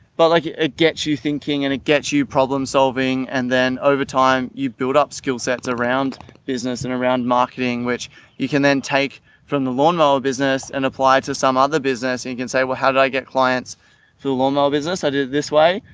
but like it gets you thinking and it gets you problem solving and then over time you build up skill sets around business and around marketing, which you then take from the lawnmower business and apply to some other business and you can say, well, how did i get clients who lawnmower business? i did it this way.